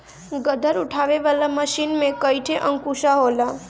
गट्ठर उठावे वाला मशीन में कईठे अंकुशा होला